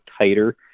tighter